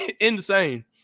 insane